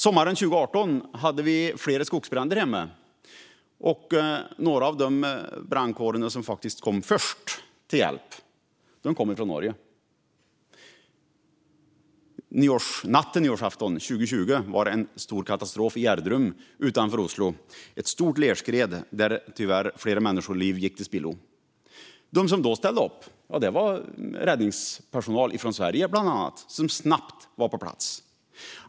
Sommaren 2018 hade vi flera skogsbränder därhemma, och några av de brandkårer som var först på plats kom från Norge. Nyårsnatten 2020 var det ett stort jordskred i Gjerdrum utanför Oslo där tyvärr flera människoliv gick till spillo. Då ställde bland annat räddningspersonal från Sverige upp och var snabbt på plats.